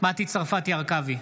מטי צרפתי הרכבי,